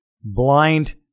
blind